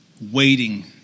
waiting